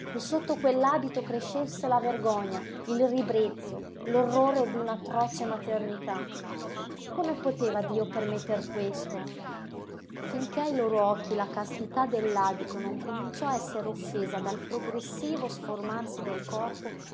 e sotto quell'abito crescesse la vergogna il ribrezzo l'orrore d'una atroce maternità come poteva dio permetter questo finché ai loro occhi la castità dell'abito non cominciò a essere offesa dal progressivo sformarsi del corpo